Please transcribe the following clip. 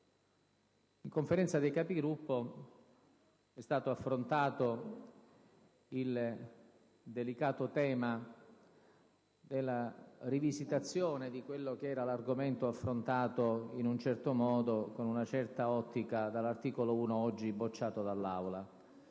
in Conferenza dei Capigruppo è stato affrontato il delicato tema della rivisitazione di quello che era l'argomento affrontato in un certo modo, con una certa ottica, dall'articolo 1 oggi bocciato dall'Aula,